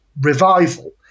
revival